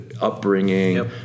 upbringing